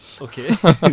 Okay